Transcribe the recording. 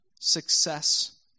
success